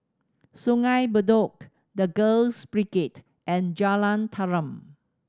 Sungei Bedok The Girls Brigade and Jalan Tarum